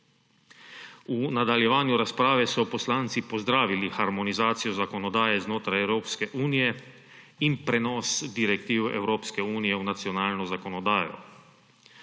V nadaljevanju razprave so poslanci pozdravili harmonizacijo zakonodaje znotraj Evropske unije in prenos direktiv Evropske unije v nacionalno zakonodajo.